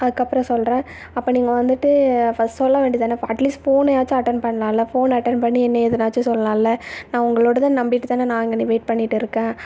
அதுக்கப்புறம் சொல்கிறேன் அப்போ நீங்கள் வந்துட்டு ஃபஸ்ட் சொல்ல வேண்டியது தானே அட்லீஸ்ட் ஃபோனையாச்சும் அட்டெண்ட் பண்ணலாம்ல ஃபோன் அட்டெண்ட் பண்ணி என்ன ஏதுன்னாச்சும் சொல்லாம்லே நான் உங்களோடதை நம்பிகிட்டு தானே நான் இங்கேன வெயிட் பண்ணிகிட்டு இருக்கேன்